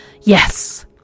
Yes